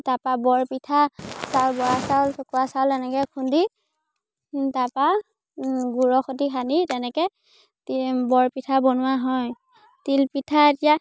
তাৰপৰা বৰপিঠা চাউল বৰা চাউল চকোৱা চাউল এনেকৈ খুন্দি তাৰপৰা গুৰৰ সৈতে সানি তেনেকৈ বৰপিঠা বনোৱা হয় তিলপিঠা এতিয়া